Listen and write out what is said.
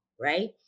right